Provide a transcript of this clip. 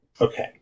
Okay